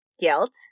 guilt